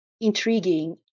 intriguing